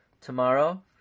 tomorrow